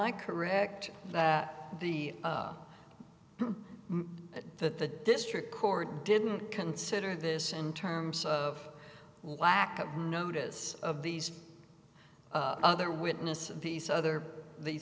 i correct that the that the district court didn't consider this in terms of lack of notice of these other witnesses these other these